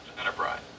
Enterprise